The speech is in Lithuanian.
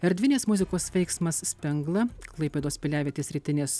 erdvinės muzikos veiksmas spengla klaipėdos piliavietės rytinės